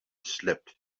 slept